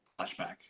flashback